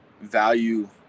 value